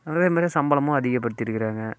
அதே மாதிரி சம்பளமும் அதிகப்படுத்தி இருக்கிறாங்க